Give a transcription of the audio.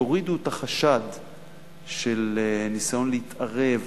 יורידו את החשד של ניסיון להתערב